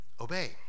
obey